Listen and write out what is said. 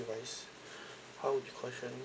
device how do you question